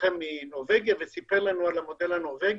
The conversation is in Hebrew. מומחה מנורבגיה, וסיפר לנו על המודל הנורבגי.